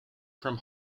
from